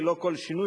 ללא כל שינוי,